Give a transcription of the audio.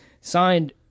signed